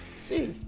See